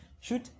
shoot